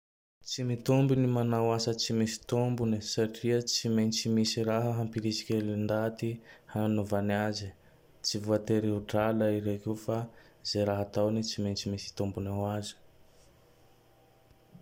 Tsy mitombony manao asa tsy misy tombony satria tsy maintsy misy raha hapirisiky kely ndaty hanaovany aze. Tsy voatery ho drala i reke io fa ze raha ataony tsy maintsy misy tombony ho azo.